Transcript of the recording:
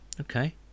Okay